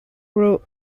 wrote